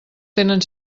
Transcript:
tenen